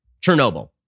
Chernobyl